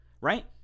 right